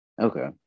Okay